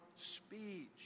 Speech